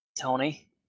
Tony